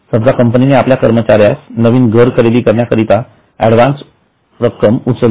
समजा कंपनीने आपल्या कर्मचाऱ्यास नवीन घर खरेदी करण्यास अॅडव्हान्स रक्कम उचल म्हणून दिली